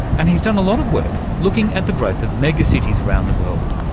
and he's done a lot of work looking at the growth of megacities around the world,